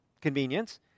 convenience